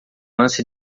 lance